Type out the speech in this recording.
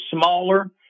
smaller